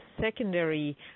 secondary